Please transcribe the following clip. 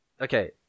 Okay